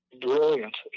brilliant